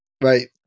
Right